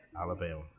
Alabama